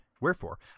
Wherefore